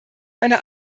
einer